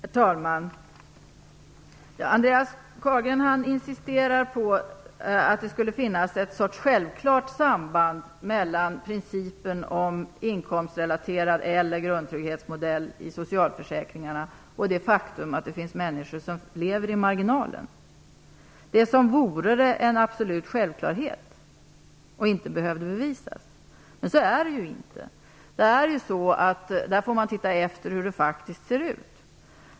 Herr talman! Andreas Carlgren insisterar på att det skulle finnas en sorts självklart samband mellan principen om inkomstrelaterad modell eller grundtrygghetsmodell i socialförsäkringarna och det faktum att det finns människor som lever på marginalen. Det förefaller som om det skulle vara en absolut självklarhet, som inte behövde bevisas, men så är det ju inte. Man får undersöka hur det faktiskt ser ut.